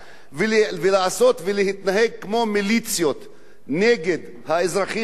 ולהתנהג כמו מיליציות נגד האזרחים הערבים,